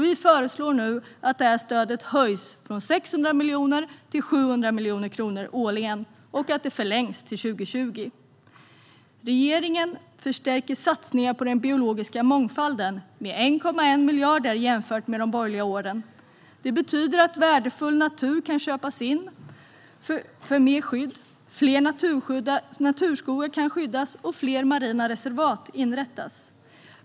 Vi föreslår nu att det här stödet höjs från 600 miljoner kronor till 700 miljoner årligen och att det förlängs till 2020. Regeringen förstärker satsningarna på den biologiska mångfalden med 1,1 miljarder jämfört med de borgerliga åren. Det betyder att värdefull natur kan köpas in för mer skydd, att fler naturskogar kan skyddas och att fler marina reservat kan inrättas.